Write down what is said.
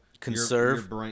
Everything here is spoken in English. conserve